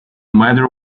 matter